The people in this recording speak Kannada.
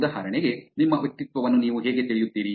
ಉದಾಹರಣೆಗೆ ನಿಮ್ಮ ವ್ಯಕ್ತಿತ್ವವನ್ನು ನೀವು ಹೇಗೆ ತಿಳಿಯುತ್ತೀರಿ